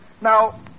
Now